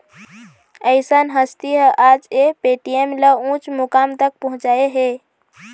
अइसन हस्ती ह आज ये पेटीएम ल उँच मुकाम तक पहुचाय हे